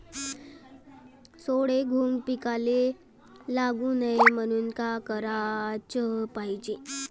सोंडे, घुंग पिकाले लागू नये म्हनून का कराच पायजे?